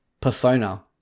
persona